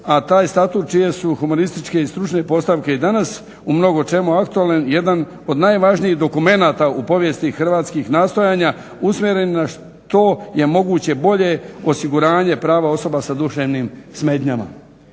A taj statut čije su humanističke i stručne postavke i danas u mnogo čemu aktualne, jedan od najvažnijih dokumenata u povijesti hrvatskih nastojanja usmjerena što je moguće bolje osiguranje prava osoba sa duševnim smetnjama.